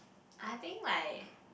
I think like